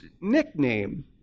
nickname